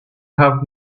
have